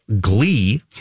glee